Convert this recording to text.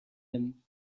him